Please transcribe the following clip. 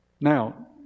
Now